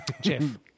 Jeff